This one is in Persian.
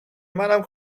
منم